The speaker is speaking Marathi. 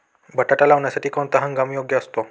बटाटा लावण्यासाठी कोणता हंगाम योग्य असतो?